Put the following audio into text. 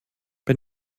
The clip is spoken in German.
bei